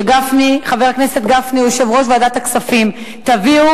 וחבר הכנסת גפני הוא יושב-ראש ועדת הכספים: תביאו